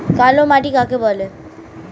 কালো মাটি কাকে বলে?